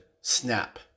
snap